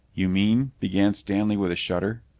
you mean. began stanley with a shudder.